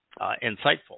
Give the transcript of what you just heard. insightful